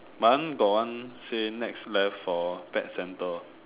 mine one got one say next left for pet center